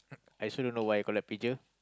I also don't know why I collect pager